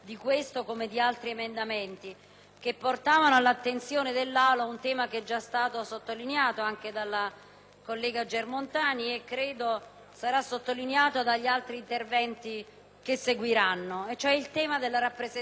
collega Germontani e che credo sarà sottolineato da altri interventi che seguiranno, cioè quello della rappresentanza femminile. Sembra che in questo Paese si sia dimenticato che l'articolo 51 della Costituzione